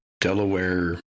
Delaware